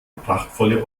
prachtvolle